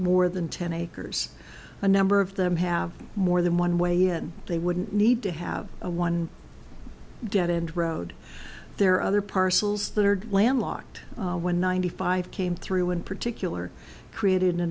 more than ten acres a number of them have more than one way and they wouldn't need to have one dead end road there are other parcels that are landlocked when ninety five came through in particular created a